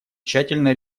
тщательно